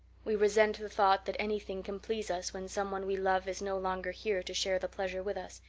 we resent the thought that anything can please us when someone we love is no longer here to share the pleasure with us,